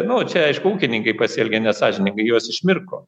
nu čia aišku ūkininkai pasielgė nesąžiningai juos išmirko